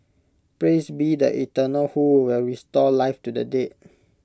praise be the eternal who will restore life to the dead